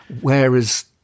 Whereas